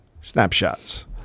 Snapshots